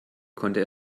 konnte